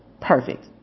Perfect